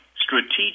strategic